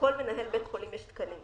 לכל מנהל בית חולים יש תקנים.